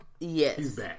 yes